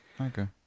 Okay